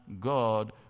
God